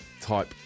type